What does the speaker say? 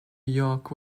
york